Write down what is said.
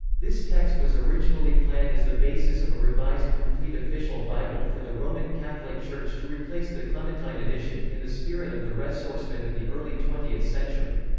this text was originally planned as the basis of a revised complete official bible for the roman catholic church to replace the clementine edition, in the spirit of the ressourcement of the early twentieth century.